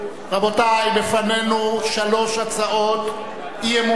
רבותי, בפנינו שלוש הצעות אי-אמון,